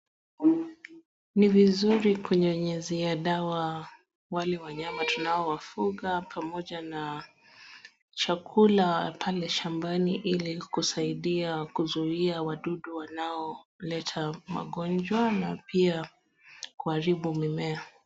Ni vizuri kunyunyuzia dawa wale wanyama tunaowafuga pamoja na chakula pale shambani ili kusaidia kuzuia wadudu wanaoleta magonjwa na pia kuharibu mimea.